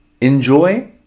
enjoy